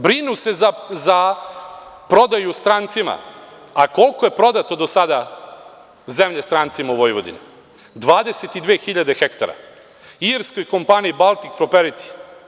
Brinu se za prodaju strancima, a koliko je do sada zemlje prodato strancima u Vojvodini, 22.000 ha irskoj kompaniji „Baltik properiti“